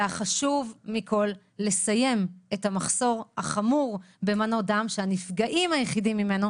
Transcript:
והחשוב מכול לסיים את המחסור החמור במנות דם שהנפגעים היחידים ממנו,